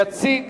יציג